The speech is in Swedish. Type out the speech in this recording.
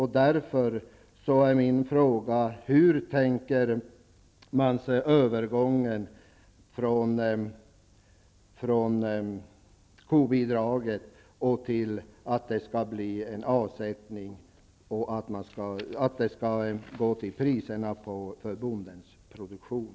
Hur tänker man sig övergången från kobidraget till att det skall ske en avsättning och ersättningen skall ingå i priserna för bondens produktion?